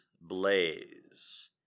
blaze